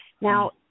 Now